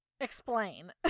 Explain